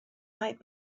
might